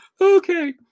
okay